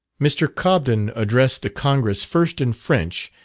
mr. cobden addressed the congress first in french,